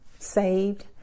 saved